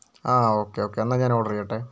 ആ okay okay എന്നാൽ ഞാൻ ഓർഡർ ചെയ്യട്ടെ